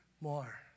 more